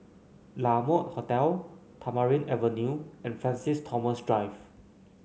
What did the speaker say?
La Mode Hotel Tamarind Avenue and Francis Thomas Drive